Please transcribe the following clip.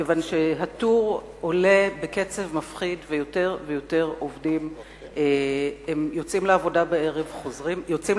כיוון שבפועל מדובר ביותר ויותר עובדים שיוצאים לעבודה בבוקר,